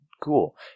cool